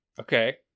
Okay